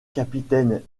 capitaine